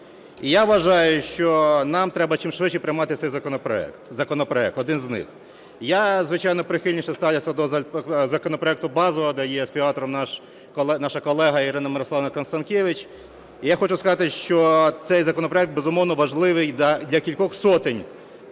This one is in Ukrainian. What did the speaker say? я вважаю, що нам треба чимшвидше приймати цей законопроект, один з них. Я, звичайно, прихильніше ставлюся до законопроекту базового, де є співавтором наша колега Ірина Мирославівна Констанкевич. Я хочу сказати, що цей законопроект, безумовно, важливий для кількох сотень